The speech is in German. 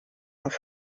auf